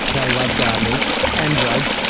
they love gardeners and drugs,